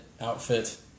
outfit